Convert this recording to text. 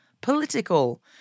political